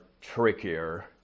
trickier